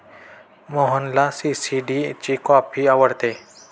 मोहनला सी.सी.डी ची कॉफी आवडते